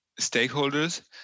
stakeholders